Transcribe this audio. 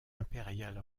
impériale